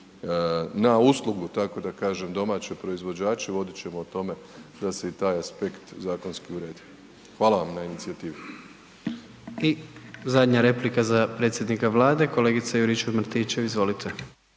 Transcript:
na uslugu, tako da kažem, domaće proizvođače, vodit ćemo o tome da se i taj aspekt zakonski uredi. Hvala vam na inicijativi. **Jandroković, Gordan (HDZ)** I zadnja replika za predsjednika Vlade, kolegica Juričev-Martinčev, izvolite.